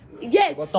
yes